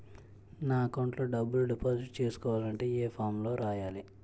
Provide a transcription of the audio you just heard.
నా అకౌంట్ లో డబ్బులు డిపాజిట్ చేసుకోవాలంటే ఏ ఫామ్ లో రాయాలి?